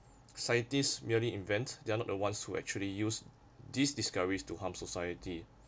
scientists merely invent they are not the ones who actually use these discoveries to harm society